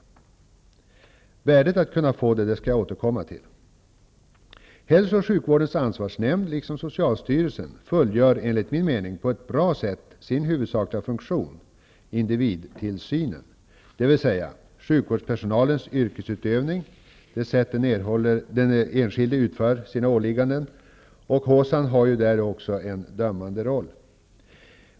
Jag skall återkomma till värdet i att kunna få det. Hälso och sjukvårdens ansvarsnämnd liksom socialstyrelsen fullgör enligt min mening på ett bra sätt sin huvudsakliga funktion i fråga om individtillsyn, dvs. sjukvårdspersonalens yrkesutövning, det sätt på vilket den enskilde utför sina åligganden. HSAN har där också en dömande roll.